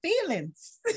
feelings